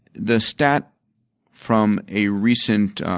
the stat from a recent